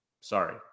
Sorry